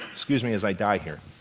excuse me as i die here